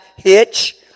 hitch